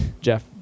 Jeff